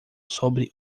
sobre